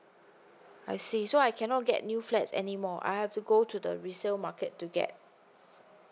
I see so I cannot get new flats anymore I have to go to the resale market to get